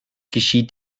geschieht